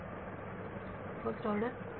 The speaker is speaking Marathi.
विद्यार्थी पहिली ऑर्डर